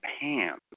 pants